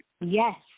Yes